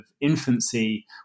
infancy